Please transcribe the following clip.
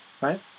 right